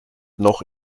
noch